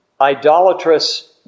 idolatrous